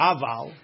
Aval